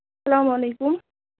اَسلام علیکُم